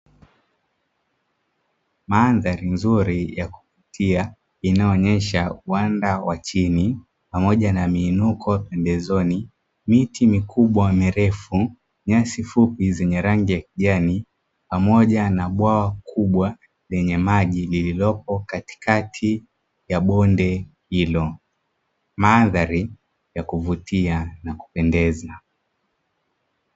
Mandhari nzuri ya kuvutia, inayoonyesha uwanda wa chini pamoja na miinuko pembezoni, miti mikubwa mirefu, nyasi fupi zenye rangi ya kijani, pamoja na bwawa kubwa lenye maji lililopo katikati ya bonde hilo; mandhari ya kuvutia na kupendeza.